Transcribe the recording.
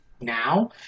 now